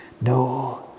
No